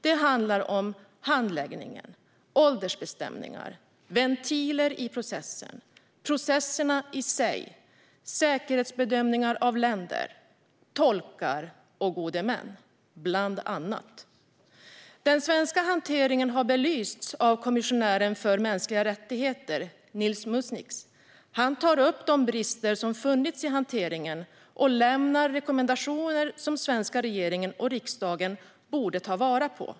Det handlar bland annat om handläggningen, åldersbestämningar, ventiler i processen, processerna i sig, säkerhetsbedömningar av länder, tolkar och gode män. Den svenska hanteringen har belysts av kommissionären för mänskliga rättigheter Nils Muiznieks. Han tar upp de brister som funnits i hanteringen och lämnar rekommendationer som den svenska regeringen och riksdagen borde ta vara på.